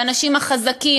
והאנשים החזקים,